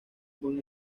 buen